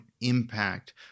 impact